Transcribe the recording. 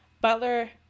Butler